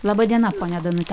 laba diena ponia danute